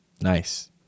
nice